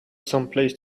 someplace